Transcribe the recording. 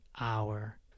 hour